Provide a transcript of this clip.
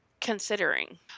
considering